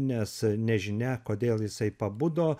nes nežinia kodėl jisai pabudo